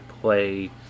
play